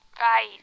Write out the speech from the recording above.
right